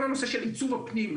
כל הנושא של עיצוב הפנים.